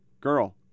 girl